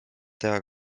tea